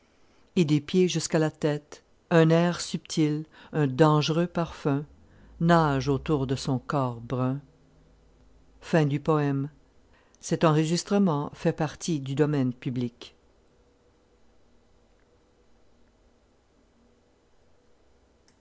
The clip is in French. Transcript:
et des pieds jusques à la tête un air subtil un dangereux parfum nagent autour de son corps brun